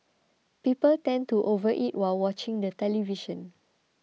people tend to overeat while watching the television